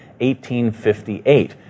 1858